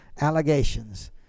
allegations